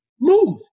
Move